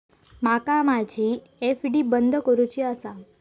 माका माझी एफ.डी बंद करुची आसा